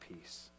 peace